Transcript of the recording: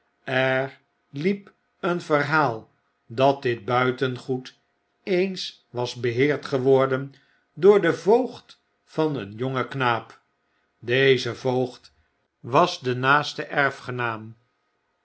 er liep een verhaal dat dit buitengoed eens was beheerd geworden door den voogd van een jongen knaap deze voogd was de